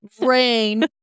rain